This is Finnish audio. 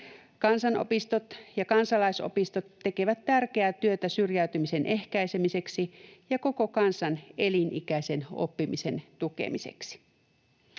Kansanopistot ja kansalaisopistot tekevät tärkeää työtä syrjäytymisen ehkäisemiseksi ja koko kansan elinikäisen oppimisen tukemiseksi.